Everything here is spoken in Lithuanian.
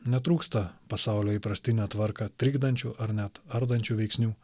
netrūksta pasaulio įprastinę tvarką trikdančių ar net ardančių veiksnių